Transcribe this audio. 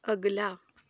अगला